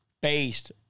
based